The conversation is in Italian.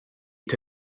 the